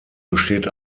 besteht